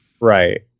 Right